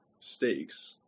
stakes